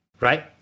right